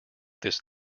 this